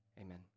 Amen